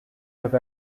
have